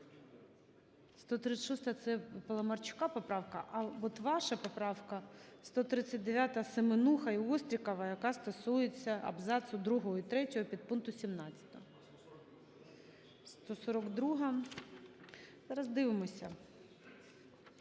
136-а – це Паламарчука поправка, а от ваша поправка – 139-а, Семенуха і Острікова, яка стосується абзацу другого і третього підпункту 17. 142-а? Зараз дивимося.